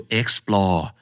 explore